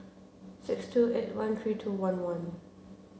six two eight one three two one one